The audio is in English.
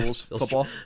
football